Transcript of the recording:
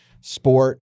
sport